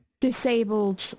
disabled